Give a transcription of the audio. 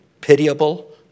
pitiable